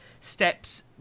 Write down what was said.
steps